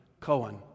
Cohen